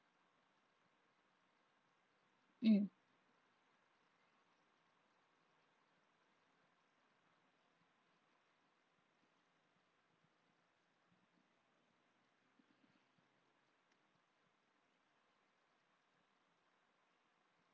mm